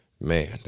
man